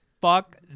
fuck